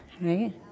right